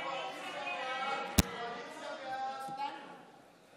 סעיף 3, כהצעת הוועדה, נתקבל.